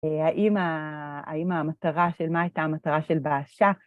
האם המטרה של... מה הייתה המטרה של באשה?